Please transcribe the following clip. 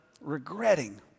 regretting